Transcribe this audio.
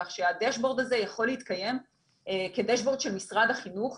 כך שהדאשבורד הזה יכול להתקיים כדאשבורד של משרד החינוך.